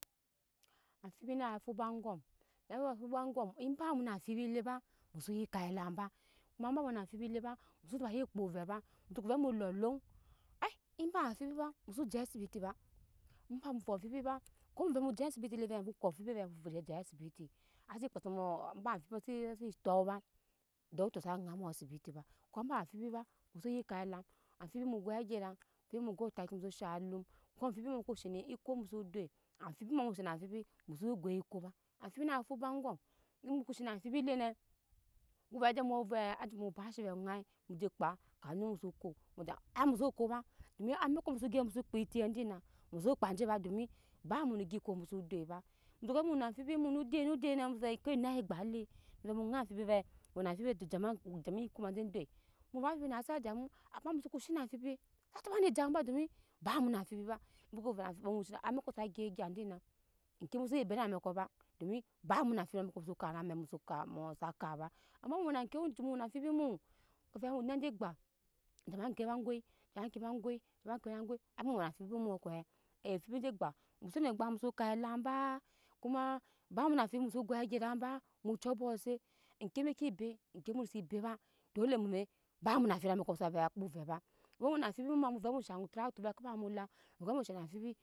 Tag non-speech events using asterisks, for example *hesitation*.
Amfibi na faba aŋgɔma save foba aŋgɔm eba mu na mfibi leba mu su ye kap elam ba koma eba mu na amfibi le ba mu so dama ye kpo vɛ ba mu so ko vɛ mu loloŋ *hesitation* eba amfibi ba mu so je asibiti ba eba mu fo amfibi ba ko mu vɛ mu je asibiti le vɛ mu ko amfibi vɛ mu je foje je asibiti ase asi tok ba doctor sa dai mu asibiti ba koma eba amfibi ba mu so ye kap elam amfibi mu goi ageraŋ amfibi mu goi taki muso shaŋ alum ko amfibi muko shene eko muso doi amfibi ma muso shena amfibi mu ye goi eko ba amfibi na foba aŋgɔm emu ko she na amfibi ene mu ko vɛ ja mu vɛ aja mu obashi mu ɗai mu je kpa amimuso ko moda ai muso ko ba domi amɛko muso gyap mu so kpa eti dina muso kpa je ba dom ba mu ne egga ko muso doi ba mosoko vɛ mu wena amfibi nudde nude ne muso vɛ ko enai kpe le muso vɛ mu ŋai amfibi vɛ mu wena amfibi to jema jema eko ma je doi mu ma amfibi nase waje doi mu ma amfibi nase waje mu ama mu soko sha na amfibi sa taba ne je mu ba domu ba mu na amfibi ba mu ko vɛ muko shina ame̱ko sa gyi egya dina egyi mu si be na amɛko ba domi ba mu na amfibi na amɛko mu so kap na mɛko s kap ba ama mu wena ke oncu mu mu wena amfibi mu ko vɛ o enai je gba jema ke ma goi jema ke ma goi jema ke ma goi ai mu wena amfibi muu ko ai emfibi je gba mu so wene agbam muso kap elmba koma bamu ne amfibi muso goi egeraŋ ba mu cu abok eŋke be ke be eŋke mu nese be ba dole mu ne ba mu na amfibi muso vɛ a kpo vɛ ba mu wena amfibi mu ma mu vɛ mu shaŋ etia to ba kapa mu elam mu ko mu shena amfibi